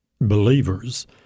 believers